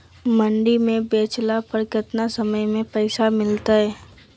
मंडी में बेचला पर कितना समय में पैसा मिलतैय?